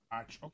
Okay